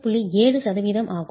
7 சதவீதம் ஆகும்